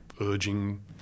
urging